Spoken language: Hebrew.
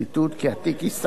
בתורת ישראל?